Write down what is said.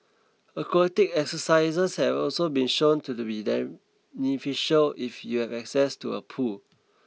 aquatic exercises have also been shown to be beneficial if you have access to a pool